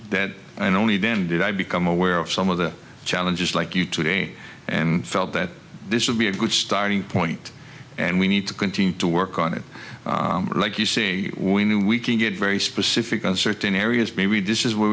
that and only then did i become aware of some of the challenges like you today and felt that this would be a good starting point and we need to continue to work on it like you see when we can get very specific on certain areas maybe this is where